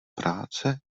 práce